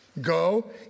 Go